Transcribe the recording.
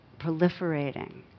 proliferating